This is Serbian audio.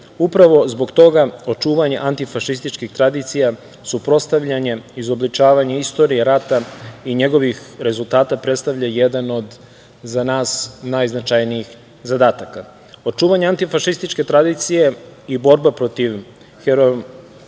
Upravo zbog toga, očuvanje antifašističkih tradicija, suprotstavljanje izobličavanje istorije rata i njegovih rezultata predstavlja jedan za nas najznačajnijih zadataka. Očuvanje antifašističke tradicije i borba protiv herojizacije